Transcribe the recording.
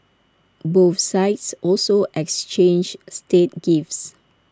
both sides also exchanged state gifts